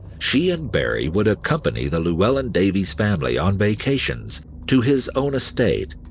she and barrie would accompany the llewelyn davies family on vacations to his own estate,